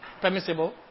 Permissible